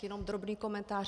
Jenom drobný komentář.